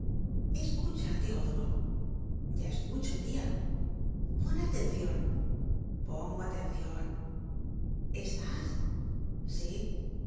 escucha teodulo ya escucho tia pon atencion pongo atencion estás sí